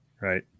Right